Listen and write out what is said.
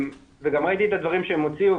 וגם ראיתי את הדברים שהם הוציאו,